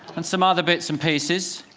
and some other bits and pieces,